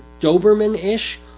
Doberman-ish